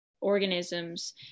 organisms